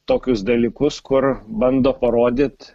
tokius dalykus kur bando parodyt